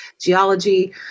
geology